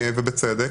ובצדק,